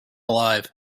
alive